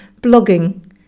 blogging